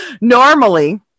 Normally